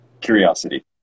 curiosity